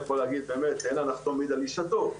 אין הנחתום מעיד על עיסתו,